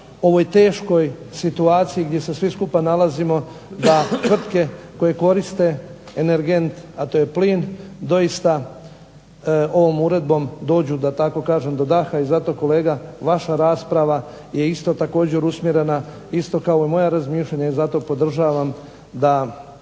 ovoj teškoj situaciji gdje se svi skupa nalazimo da tvrtke koje koriste energent a to je plin doista ovom uredbom dođu da tako kažem do daha i zato kolega vaša rasprava je isto također usmjerena isto kao i moja razmišljanja. I zato podržavam da